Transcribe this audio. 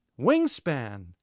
wingspan